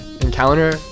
encounter